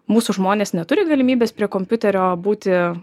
mūsų žmonės neturi galimybės prie kompiuterio būti